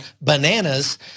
bananas